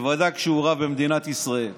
ובוודאי רב במדינת ישראל.